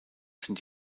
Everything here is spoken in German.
sind